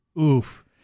Oof